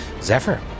Zephyr